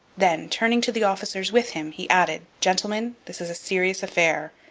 then, turning to the officers with him, he added gentlemen, this is a serious affair.